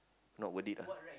not worth it ah